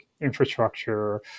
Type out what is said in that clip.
infrastructure